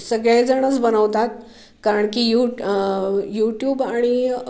सगळेजणच बनवतात कारण की यू यूट्यूब आणि